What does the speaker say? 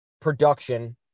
production